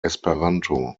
esperanto